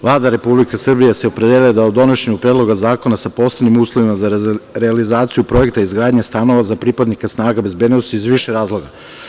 Vlada Republike Srbije se opredelila za donošenje Predloga zakona sa posebnim uslovima za realizaciju projekta izgradnje stanova za pripadnike snaga bezbednosti iz više razloga.